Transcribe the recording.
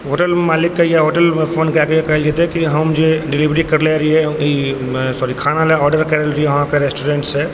hotel मालिकके या होटलमे फोन कऽ कऽ कहल जेतै कि हम जे डिलेवरी करले रहिए ई सॉरी खानालए ऑडर करलै रहिए अहाँके रेस्टोरेन्टसँ